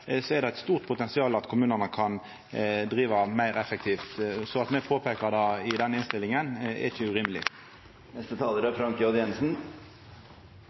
er det eit stort potensial for at kommunane kan driva meir effektivt. At me peikar på det i denne innstillinga, er ikkje urimeleg.